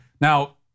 Now